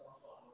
what about